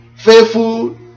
Faithful